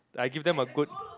I give them a good